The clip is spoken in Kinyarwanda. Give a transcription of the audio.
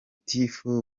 gitifu